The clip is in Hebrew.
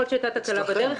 יכול להיות שהייתה תקלה בדרך.